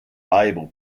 valuable